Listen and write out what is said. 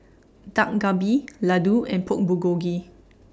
Dak Galbi Ladoo and Pork Bulgogi